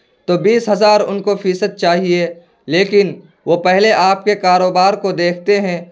تو بیس ہزار ان کو فیصد چاہیے لیکن وہ پہلے آپ کے کاروبار کو دیکھتے ہیں